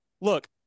look